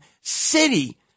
city